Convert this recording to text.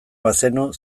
bazenu